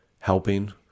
helping